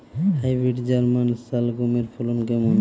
Hybrid German শালগম এর ফলন কেমন?